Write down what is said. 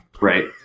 right